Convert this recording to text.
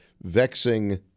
vexing